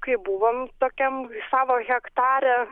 kaip buvom tokiam savo hektare